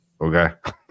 Okay